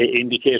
indicate